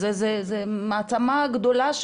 זה מעצמה גדולה,